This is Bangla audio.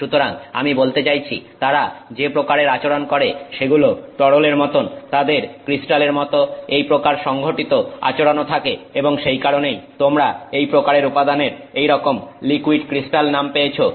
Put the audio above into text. সুতরাং আমি বলতে চাইছি তারা যে প্রকারের আচরণ করে সেগুলো তরলের মতন তাদের ক্রিস্টালের মত এইপ্রকার সংঘটিত আচরণও থাকে এবং সেই কারণেই তোমরা এই প্রকারের উপাদানের এইরকম লিকুইড ক্রিস্টাল নাম পেয়েছো